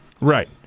Right